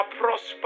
prosper